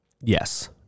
Yes